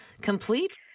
complete